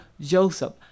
Joseph